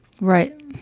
right